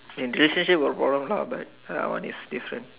in relationship got problem lah but that one is different